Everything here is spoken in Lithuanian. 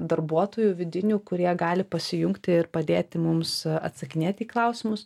darbuotojų vidinių kurie gali pasijungti ir padėti mums atsakinėti į klausimus